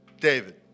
David